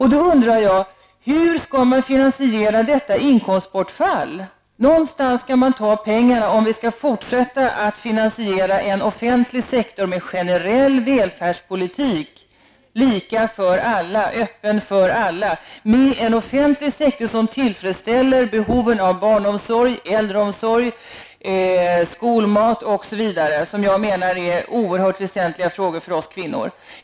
Någonstans skall pengarna komma ifrån om vi skall fortsätta att finansiera en offentlig sektor med generell välfärdspolitik lika för alla, öppen för alla, med en offentlig sektor som tillfredsställer behoven av barnomsorg, äldreomsorg, skolmat osv. Jag menar att detta är oerhört väsentliga frågor för oss kvinnor.